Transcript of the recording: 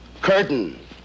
curtain